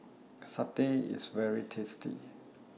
Satay IS very tasty